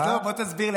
אז בוא תסביר לי.